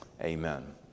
Amen